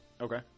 Okay